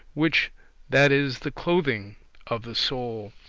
which that is the clothing of the soul.